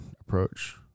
approach